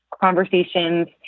conversations